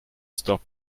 stop